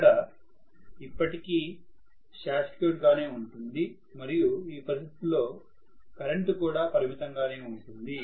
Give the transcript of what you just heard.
ఇక్కడ ఇప్పటి కీ షార్ట్ సర్క్యూట్ గానే ఉంటుంది మరియు ఈ పరిస్థితిలో కరెంటు కూడా పరిమితంగానే ఉంటుంది